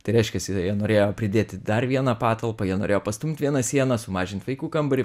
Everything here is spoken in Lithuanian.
tai reiškias jie norėjo pridėti dar vieną patalpą jie norėjo pastumt vieną sieną sumažint vaikų kambarį